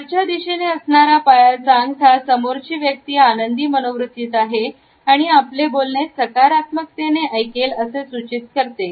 वरच्या दिशेने असणारा पायाचा अंगठा समोरची व्यक्ती आनंदी मनोवृत्तीत आहे आणि आपले बोलणे सकारात्मकतेने ऐकेल असे सूचित होते